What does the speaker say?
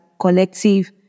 collective